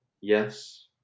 Yes